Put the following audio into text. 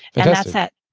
and that's at